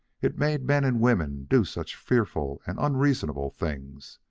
it made men and women do such fearful and unreasonable things.